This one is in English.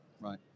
Right